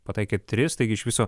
pataikė tris taigi iš viso